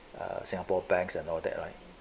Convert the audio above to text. uh singapore banks and all that right